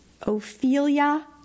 Ophelia